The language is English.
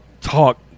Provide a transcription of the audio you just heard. talk